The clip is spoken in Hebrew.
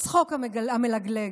הצחוק המלגלג,